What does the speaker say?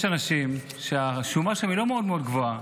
יש אנשים שהשומה שלהם היא לא מאוד מאוד גבוהה.